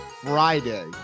friday